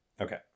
Okay